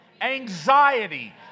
anxiety